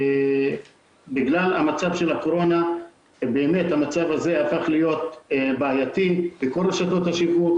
בגלל מצב הקורונה הנושא הזה הפך לבעייתי בכל רשתות השיווק,